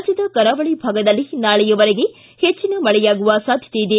ರಾಜ್ಯದ ಕರಾವಳಿ ಭಾಗದಲ್ಲಿ ನಾಳೆಯವರೆಗೆ ಹೆಚ್ಚನ ಮಳೆಯಾಗುವ ಸಾಧ್ಯತೆ ಇದೆ